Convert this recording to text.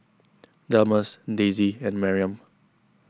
Delmus Daisye and Maryam